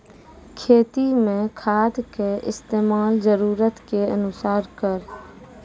खेती मे खाद के इस्तेमाल जरूरत के अनुसार करऽ